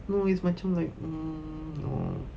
no it's macam like um no